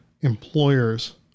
employers